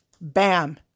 bam